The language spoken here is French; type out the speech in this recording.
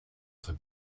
notre